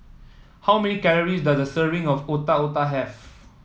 how many calories does a serving of Otak Otak have